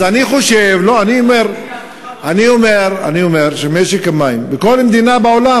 אז אני אומר שמשק המים בכל מדינה בעולם,